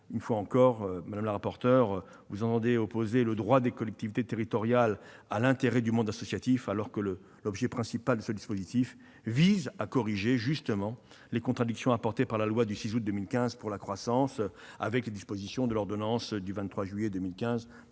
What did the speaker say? Une fois encore, madame la rapporteur, vous entendez opposer le droit des collectivités territoriales et l'intérêt du monde associatif, alors que l'objet principal de ce dispositif vise à corriger les contradictions apportées par la loi du 6 août 2015 pour la croissance, l'activité et l'égalité des chances